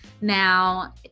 now